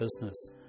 business